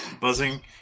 buzzing